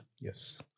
Yes